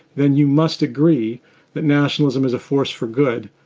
then you must agree that nationalism is a force for good,